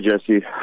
Jesse